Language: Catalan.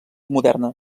moderna